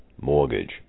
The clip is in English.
Mortgage